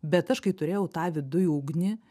bet aš kai turėjau tą viduj ugnį